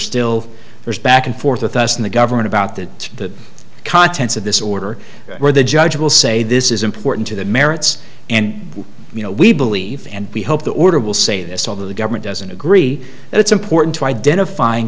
still there's back and forth with us in the government about the contents of this order where the judge will say this is important to the merits and you know we believe and we hope the order will say this although the government doesn't agree and it's important to identify